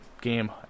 game